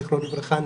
זכרונו לברכה,